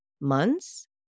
months